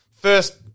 First